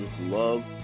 love